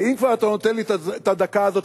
ואם כבר אתה נותן לי את הדקה הזאת,